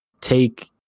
Take